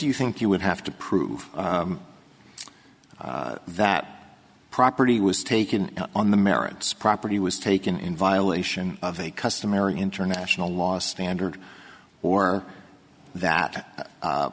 think you would have to prove that property was taken on the merits property was taken in violation of a customary international law standard or that